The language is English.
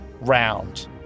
round